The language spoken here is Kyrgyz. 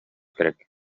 керек